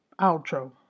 outro